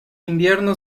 invierno